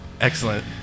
Excellent